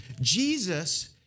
Jesus